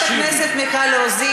חברת הכנסת מיכל רוזין,